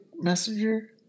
messenger